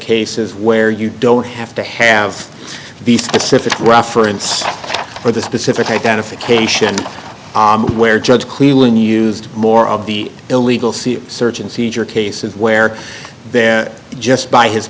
cases where you don't have to have the specific reference or the specific identification where judge cleveland used more of the illegal see search and seizure cases where there just by his